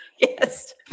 Yes